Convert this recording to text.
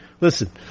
Listen